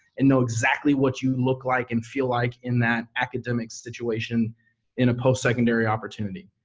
and know exactly what you look like and feel like in that academic situation in a postsecondary opportunity.